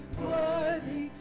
worthy